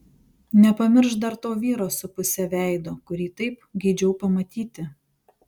nepamiršk dar to vyro su puse veido kurį taip geidžiau pamatyti